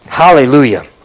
Hallelujah